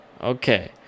okay